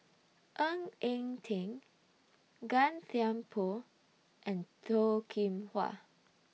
Ng Eng Teng Gan Thiam Poh and Toh Kim Hwa